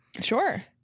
Sure